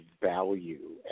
value